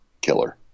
killer